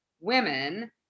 women